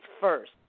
first